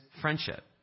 friendship